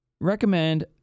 recommend